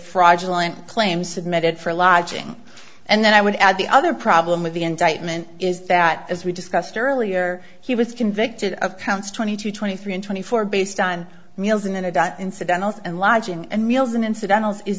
fraudulent claims submitted for lodging and then i would add the other problem with the indictment is that as we discussed earlier he was convicted of counts twenty two twenty three and twenty four based on meals and in adult incidentals and lodging and meals and incidentals is